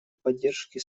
поддержки